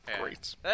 great